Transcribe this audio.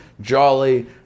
jolly